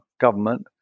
government